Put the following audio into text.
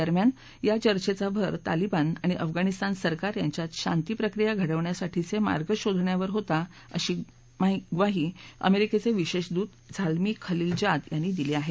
दरम्यान या चर्चेचा भर तालिबान आणि अफगाणीस्तान सरकार यांच्यात शांती प्रक्रिया घडवण्यासाठीचे मार्ग शोधण्यावरच होता अशी ग्वाही अमेरिकेचे विशेष दूत झाल्मी खलीलजाद यांनी दिली आहे